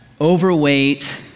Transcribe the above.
overweight